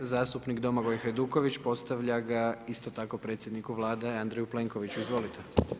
Zastupnik Domagoj Hajduković postavlja ga isto tako predsjedniku Vlade Andreju Plenkoviću, izvolite.